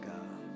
God